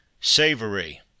Savory